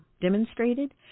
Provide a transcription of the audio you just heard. demonstrated